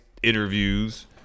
interviews